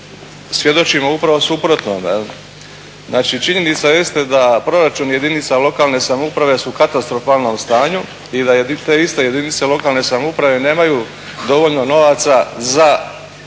svjedočimo upravo suprotnome jel'. Znači, činjenica jeste da proračun jedinica lokalne samouprave su u katastrofalnom stanju i da te iste jedinice lokane samouprave nemaju dovoljno novaca za